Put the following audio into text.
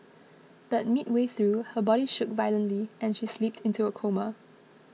but midway through her body shook violently and she slipped into a coma